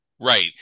Right